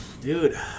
Dude